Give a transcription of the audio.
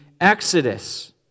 exodus